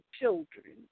children